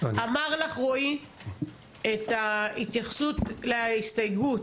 אמר לך רועי את ההתייחסות להסתייגות,